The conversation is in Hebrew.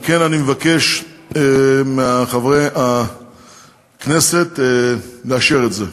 על כן, אני מבקש מחברי הכנסת לאשר את זה.